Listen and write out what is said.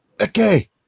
Okay